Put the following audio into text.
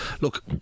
look